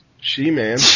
She-Man